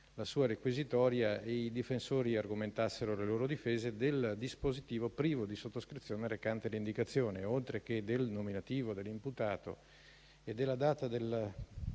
la sua requisitoria e i difensori argomentassero le loro difese, del dispositivo privo di sottoscrizione recante l'indicazione, oltre che del nominativo dell'imputato e della data della